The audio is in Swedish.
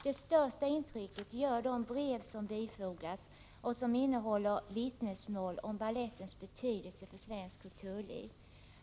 Det största intrycket gör de brev som bifogats och som innehåller vittnesmål om balettens betydelse för svenskt kulturliv.